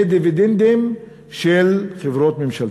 זה דיבידנדים של חברות ממשלתיות.